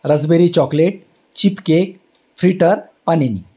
raspberry chocolate chip cake filter panini